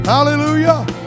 Hallelujah